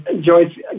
Joyce